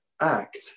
act